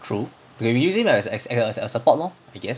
true we're using that as as a as a support lor I guess